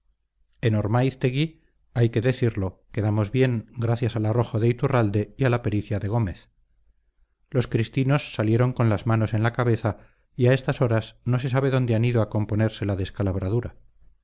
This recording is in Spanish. ormáiztegui hay que decirlo quedamos bien gracias al arrojo de iturralde y a la pericia de gómez los cristinos salieron con las manos en la cabeza y a estas horas no se sabe dónde han ido a componerse la descalabradura qué